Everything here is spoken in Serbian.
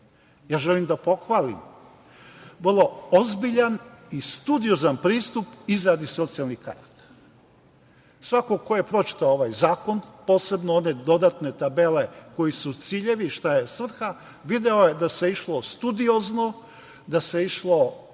potrebna. Želim da pohvalim vrlo ozbiljan i studiozan pristup izradi socijalnih karata. Svako ko je pročitao ovaj zakon, posebno one dodatne tabele, koji su ciljevi, šta je svrha, video je da se išlo studiozno, da se išlo vrlo